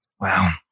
Wow